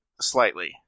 slightly